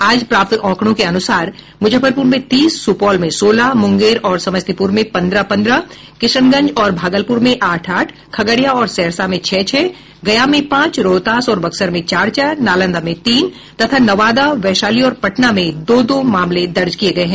आज प्राप्त आंकड़ों के अनुसार मुजफ्फरपुर में तीस सुपौल में सोलह मुंगेर और समस्तीपुर में पंद्रह पंद्रह किशनगंज और भागलपुर में आठ आठ खगड़िया और सहरसा में छह छह गया में पांच रोहतास और बक्सर में चार चार नालंदा में तीन तथा नवादा वैशाली और पटना में दो दो मामले दर्ज किये गये हैं